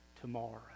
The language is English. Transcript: tomorrow